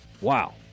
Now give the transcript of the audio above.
Wow